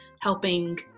helping